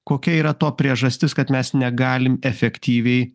kokia yra to priežastis kad mes negalim efektyviai